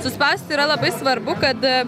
suspausti yra labai svarbu kad